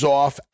off